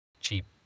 cheap